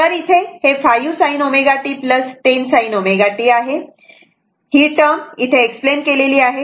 तर इथे 5 sin ω t 10 sin ω t आहे ही टर्म तिथे एक्सप्लेन केलेली आहे